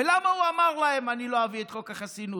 ולמה הוא אמר להם: אני לא אביא את חוק החסינות?